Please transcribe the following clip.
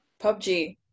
PUBG